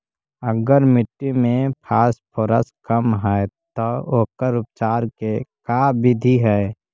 अगर मट्टी में फास्फोरस कम है त ओकर उपचार के का बिधि है?